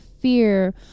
fear